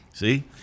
See